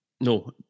No